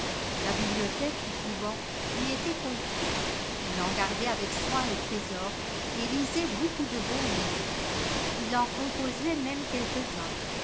la bibliothèque du couvent lui était confiée il en gardait avec soin les trésors et lisait beaucoup de bons livres il en composait même quelques-uns